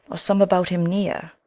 or some about him neere,